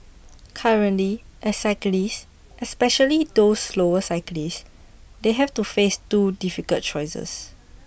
currently as cyclists especially those slower cyclists they have to face two difficult choices